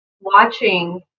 watching